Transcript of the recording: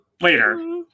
Later